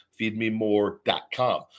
Feedmemore.com